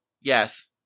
yes